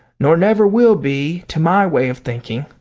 nor never will be to my way of thinking.